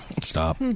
Stop